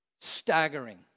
Staggering